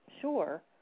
sure